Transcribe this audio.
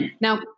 Now